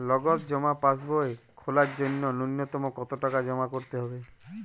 নগদ জমা পাসবই খোলার জন্য নূন্যতম কতো টাকা জমা করতে হবে?